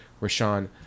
Rashawn